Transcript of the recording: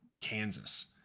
Kansas